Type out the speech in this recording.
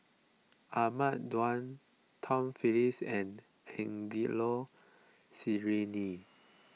Ahmad Daud Tom Phillips and Angelo Sanelli